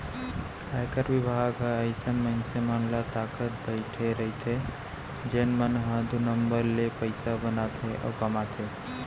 आयकर बिभाग ह अइसन मनसे मन ल ताकत बइठे रइथे जेन मन ह दू नंबर ले पइसा बनाथे अउ कमाथे